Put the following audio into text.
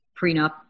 prenup